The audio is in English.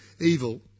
evil